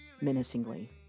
menacingly